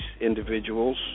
individuals